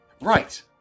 Right